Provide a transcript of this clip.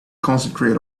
concentrate